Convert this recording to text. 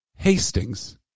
Hastings